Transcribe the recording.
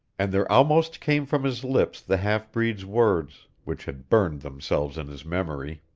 and there almost came from his lips the half-breed's words, which had burned themselves in his memory,